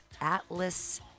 Atlas